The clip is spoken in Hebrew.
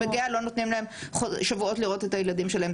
בגהה לא נותנים להם שבועות לראות את הילדים שלהם.